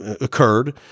occurred